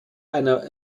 einer